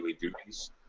duties